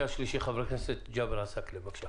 חבר הכנסת ג'אבר עסאקלה, בבקשה.